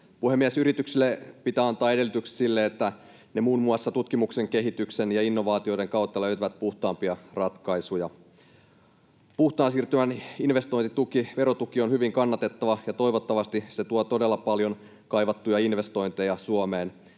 Puhemies! Yrityksille pitää antaa edellytyksiä siihen, että ne muun muassa tutkimuksen, kehityksen ja innovaatioiden kautta löytävät puhtaampia ratkaisuja. Puhtaan siirtymän investointituki, verotuki, on hyvin kannatettava. Toivottavasti se tuo todella paljon kaivattuja investointeja Suomeen.